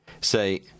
Say